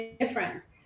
different